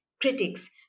critics